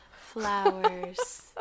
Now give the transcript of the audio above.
Flowers